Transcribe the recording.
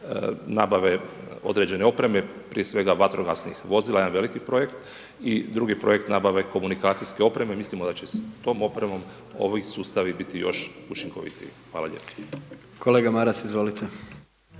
nabave određene opreme, prije svega, vatrogasnih vozila, jedan veliki projekt i drugi projekt nabave komunikacijske opreme, mislimo da će s tom opremom ovi sustavi biti još učinkovitiji. Hvala lijepo. **Jandroković,